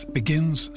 begins